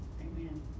Amen